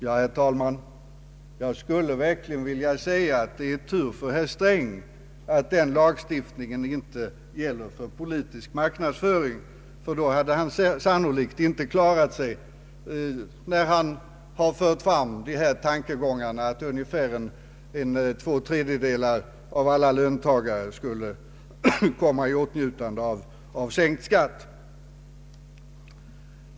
Det är verkligen, herr talman, tur för herr Sträng att den lagstiftningen inte gäller politisk marknadsföring, för då hade han sannolikt inte klarat sig när han fört fram tankegångarna att ungefär två tredjedelar av alla löntagare skulle komma i åtnjutande av sänkt skatt.